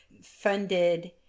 funded